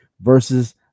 versus